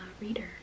reader